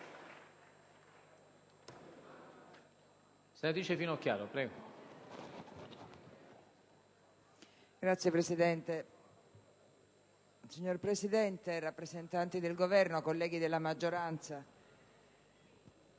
*(PD)*. Signor Presidente, rappresentanti del Governo, colleghi della maggioranza,